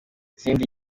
izindi